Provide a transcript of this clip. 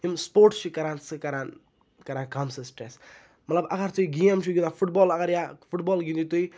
یِم سپوٹٕس چھِ کَران سُہ کَران کَران کَم سٹرٛٮ۪س مطلب اگر تُہۍ گیم چھُ گِنٛدان فُٹ بال اگر یا فُٹ بال گِںٛدیوٗ تُہۍ